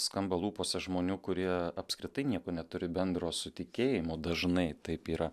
skamba lūpose žmonių kurie apskritai nieko neturi bendro su tikėjimu dažnai taip yra